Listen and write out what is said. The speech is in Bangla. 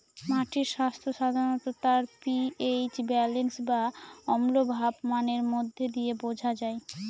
মাটির স্বাস্থ্য সাধারনত তার পি.এইচ ব্যালেন্স বা অম্লভাব মানের মধ্যে দিয়ে বোঝা যায়